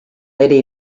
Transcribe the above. eddie